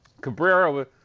Cabrera